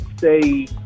say